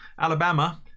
Alabama